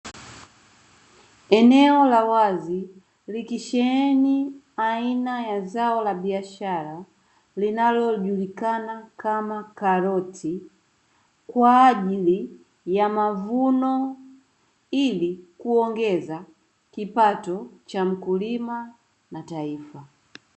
Eneo la wazi likisheheni aina ya zao la biashara, linalojulikana kama karoti, kwaajili ya mavuno, ili kuongeza kipato cha mkulima na taifa.